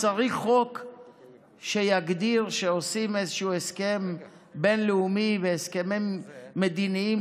צריך חוק שיגדיר שכשעושים איזשהו הסכם בין-לאומי והסכמים מדיניים,